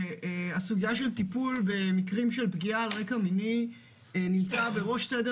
הסוגיה של טיפול במקרים של פגיעה על רקע מיני נמצאת בראש סדר